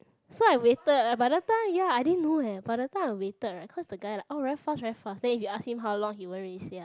so I waited by the time ya I didn't know eh by the time I waited right cause the guy like oh very fast very fast then if you ask him how long he won't really say ah